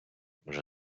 вже